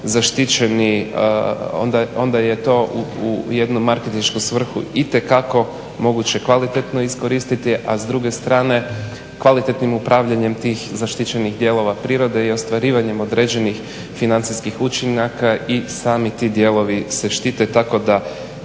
zaštićeni, onda je to u jednu marketinšku svrhu itekako moguće kvalitetno iskoristiti, a s druge strane kvalitetnim upravljanjem tih zaštićenih dijelova prirode i ostvarivanjem određenih financijskih učinaka i sami ti dijelovi se štite tako da